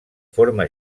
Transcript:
forma